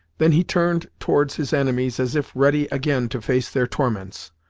then he turned towards his enemies, as if ready again to face their torments.